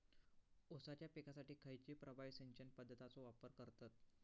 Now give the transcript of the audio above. ऊसाच्या पिकासाठी खैयची प्रभावी सिंचन पद्धताचो वापर करतत?